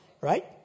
right